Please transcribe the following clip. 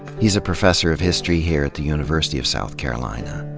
he's a professor of history here at the university of south carolina.